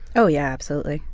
oh yeah, absolutely.